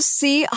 see